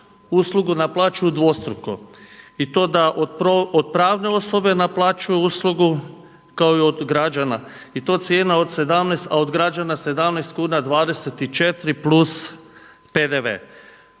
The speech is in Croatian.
uslugu naplaćuju dvostruko. I to da od pravne osobe naplaćuju uslugu, kao i od građana, i to cijena od 17, a od građana 17 kuna 24 plus PDV.